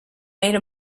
made